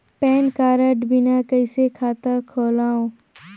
Pan card बिना कइसे खाता खोलव?